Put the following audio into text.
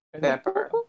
Pepper